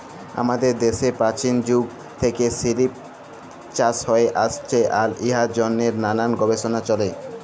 আমাদের দ্যাশে পাচীল যুগ থ্যাইকে সিলিক চাষ হ্যঁয়ে আইসছে আর ইয়ার জ্যনহে লালাল গবেষলা চ্যলে